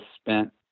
spent